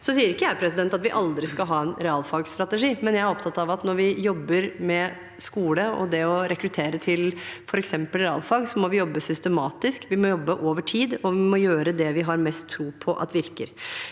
Jeg sier ikke at vi aldri skal ha en realfagsstrategi, men jeg er opptatt av at når vi jobber med skole og det å rekruttere til f.eks. realfag, må vi jobbe systematisk, vi må jobbe over tid, og vi må gjøre det vi har mest tro på at virker.